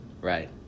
Right